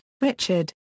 Richard